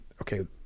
okay